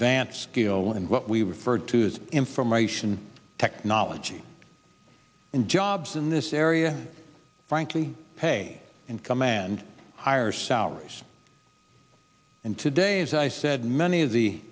advance kill and what we refer to as information technology in jobs in this area frankly pay income and higher salaries and today as i said many of the